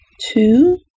Two